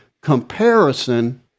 comparison